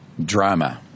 drama